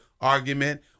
argument